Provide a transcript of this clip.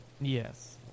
Yes